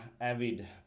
avid